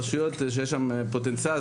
רשויות שיש בהן פוטנציאל,